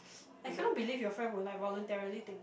I cannot believe your friend would like voluntarily take